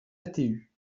atu